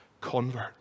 convert